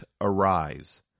arise